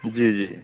जी जी